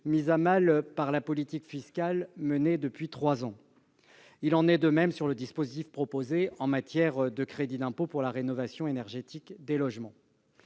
mise à mal par la politique fiscale menée depuis trois ans. Il en est de même du dispositif proposé en matière de crédit d'impôt pour la rénovation énergétique des logements.